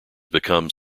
become